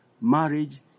Marriage